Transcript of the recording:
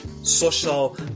social